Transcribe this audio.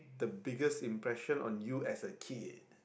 the biggest impression on you as a kid